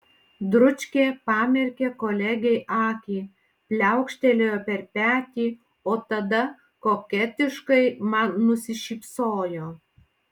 dručkė pamerkė kolegei akį pliaukštelėjo per petį o tada koketiškai man nusišypsojo